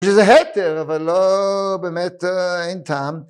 ‫שזה היתר, אבל לא באמת עם טעם.